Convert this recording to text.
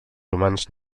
humans